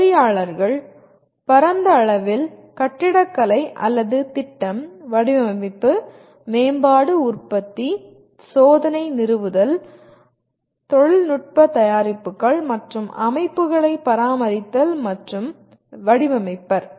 பொறியாளர்கள் பரந்த அளவில் கட்டிடக்கலை அல்லது திட்டம் வடிவமைப்பு மேம்பாடு உற்பத்தி சோதனை நிறுவுதல் தொழில்நுட்ப தயாரிப்புகள் மற்றும் அமைப்புகளை பராமரித்தல் மற்றும் வடிவமைப்பர்